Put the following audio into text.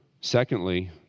secondly